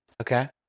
Okay